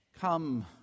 Come